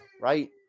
right